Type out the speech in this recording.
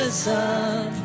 sun